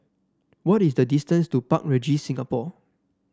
what is the distance to Park Regis Singapore